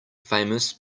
famous